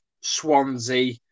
Swansea